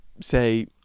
Say